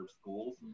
schools